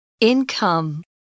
Income